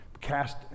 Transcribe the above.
cast